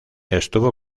estuvo